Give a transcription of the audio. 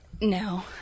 No